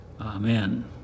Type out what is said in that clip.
Amen